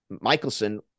Michelson